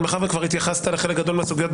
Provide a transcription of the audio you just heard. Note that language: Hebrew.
מאחר שכבר התייחסת לחלק גדול מהסוגיות,